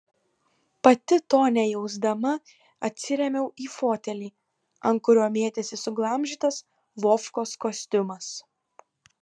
pati to nejausdama atsirėmiau į fotelį ant kurio mėtėsi suglamžytas vovkos kostiumas